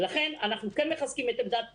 ולכן אנחנו כן מחזקים את עמדת המדינה,